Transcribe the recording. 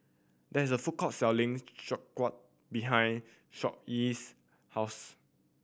there is a food court selling Sauerkraut behind Sawyer's house